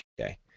Okay